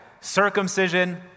Circumcision